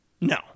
No